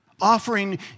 offering